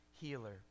healer